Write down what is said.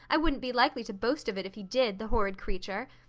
i wouldn't be likely to boast of it if he did, the horrid creature!